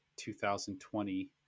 2020